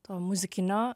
to muzikinio